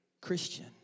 Christian